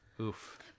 Oof